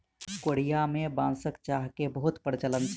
Korea में बांसक चाह के बहुत प्रचलन छै